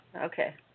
Okay